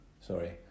sorry